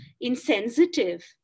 insensitive